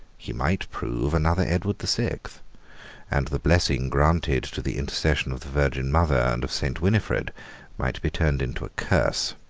he might prove another edward the sixth and the blessing granted to the intercession of the virgin mother and of saint winifred might be turned into a curse.